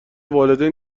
والدین